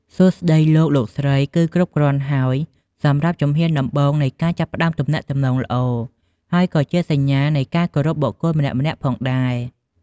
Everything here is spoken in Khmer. សួស្ដី លោក លោកស្រី គឺគ្រប់គ្រាន់ហើយសម្រាប់ជំហានដំបូងនៃការចាប់ផ្ដើមទំនាក់ទំនងល្អ ហើយក៏ជាសញ្ញានៃការគោរពបុគ្គលម្នាក់ៗផងដែរ។